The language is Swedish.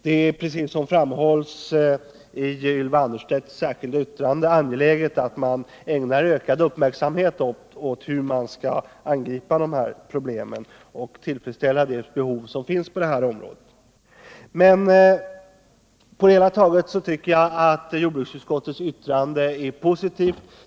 Det är, precis som det framhålls i Ylva Annerstedts särskilda yttrande, angeläget att ägna ökad uppmärksamhet åt hur dessa problem skall angripas och hur de behov som finns på det här området skall kunna tillfredsställas. På det hela taget tycker jag dock att jordbruksutskottets yttrande är positivt.